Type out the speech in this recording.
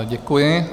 Děkuji.